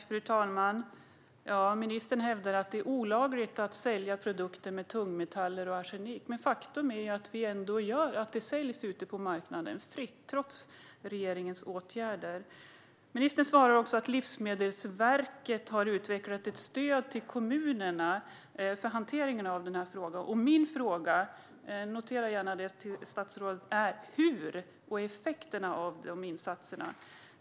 Fru talman! Ministern hävdar att det är olagligt att sälja produkter med tungmetaller och arsenik, men faktum är att sådana preparat trots regeringens åtgärder ändå säljs fritt på marknaden. Ministern svarar också att Livsmedelsverket har utvecklat ett stöd till kommunerna för hanteringen av denna fråga. Jag undrar hur det fungerar, och vad har insatserna för effekter?